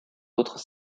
autres